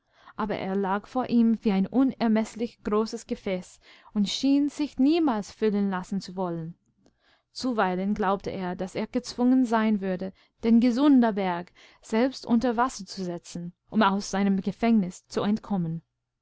aber er lag vor ihm wie ein unermeßlich großes gefäß und schien sich niemals füllen lassen zu wollen zuweilen glaubte er daß er gezwungen sein würde dengesundabergselbstunterwasserzusetzen umausseinemgefängniszu entkommen